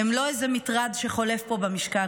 הן לא איזה מטרד שחולף פה במשכן.